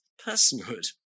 personhood